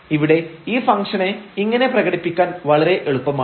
ഇവിടെ ഈ ഫംഗ്ഷനെ ഇങ്ങനെ പ്രകടിപ്പിക്കാൻ വളരെ എളുപ്പമാണ്